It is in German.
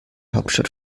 hauptstadt